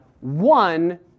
one